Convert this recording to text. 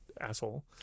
asshole